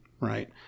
Right